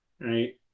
right